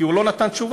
כי הוא לא נתן תשובה,